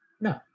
No